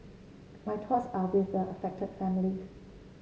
my thoughts are with the affected families